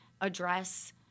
address